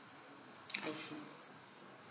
I see